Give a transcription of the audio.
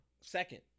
Second